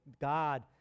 God